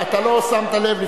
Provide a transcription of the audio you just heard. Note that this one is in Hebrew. לא שמת לב,